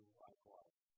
likewise